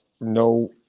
no